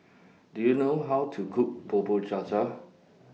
Do YOU know How to Cook Bubur Cha Cha